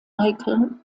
michael